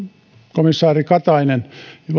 komissaari katainen